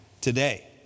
today